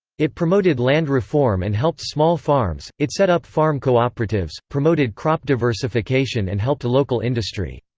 it promoted land reform and helped small farms, it set up farm cooperatives, promoted crop diversification and helped local industry.